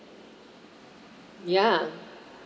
ya